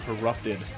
Corrupted